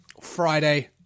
Friday